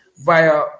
via